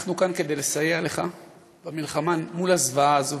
אנחנו כאן כדי לסייע לך במלחמה בזוועה הזאת,